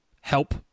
help